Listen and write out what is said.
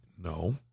No